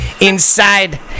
inside